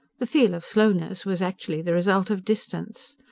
the feel of slowness was actually the result of distance.